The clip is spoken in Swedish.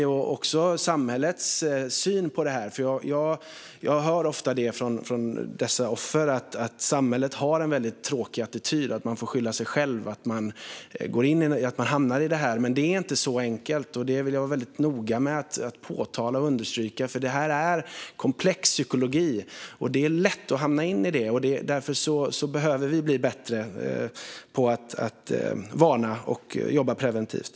Det handlar också om samhällets syn på detta. Jag hör ofta från offren att samhället har en tråkig attityd och menar att man får skylla sig själv om man hamnar i det här. Men det är inte så enkelt, och det är jag noga med att påpeka och understryka. Det här är komplex psykologi, och det är lätt att hamna in i det. Därför behöver vi bli bättre på att varna och att jobba preventivt.